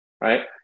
right